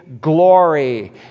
glory